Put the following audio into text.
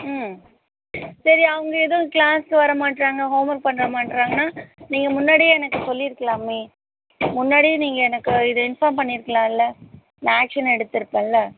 ம் சரி அவங்க எதுவும் க்ளாஸ்க்கு வர மாட்டேறாங்க ஹோம்ஒர்க் பண்ண மாட்றாங்கனால் நீங்கள் முன்னாடியே எனக்கு சொல்லியிர்கலாமே முன்னாடியே நீங்கள் எனக்கு இது இன்ஃபாம் பண்ணிர்களாம்ல நான் ஆக்ஷன் எடுத்துருப்பேன்லை